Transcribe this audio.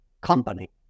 company